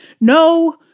No